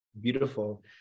Beautiful